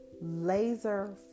laser